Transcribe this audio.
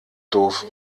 doof